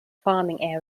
farming